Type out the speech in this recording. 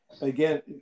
Again